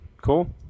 cool